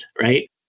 right